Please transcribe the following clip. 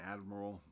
Admiral